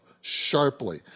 sharply